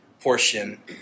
portion